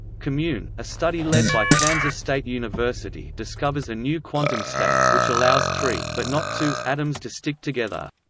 commun. a study led by kansas state university discovers a new quantum state, which allows three, but not two, atoms to stick together.